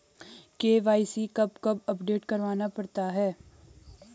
KYC कब कब update करवाना पड़ता है?